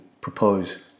propose